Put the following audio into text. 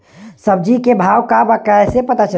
सब्जी के भाव का बा कैसे पता चली?